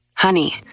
Honey